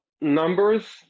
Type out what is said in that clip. numbers